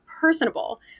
personable